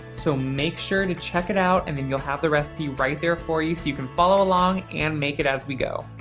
so make sure to check it out and then you'll have the recipe right there for you so you can follow along and make it as we go.